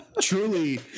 truly